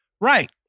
right